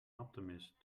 optimist